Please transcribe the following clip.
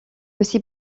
aussi